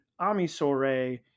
amisore